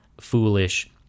foolish